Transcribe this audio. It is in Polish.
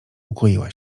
ukoiła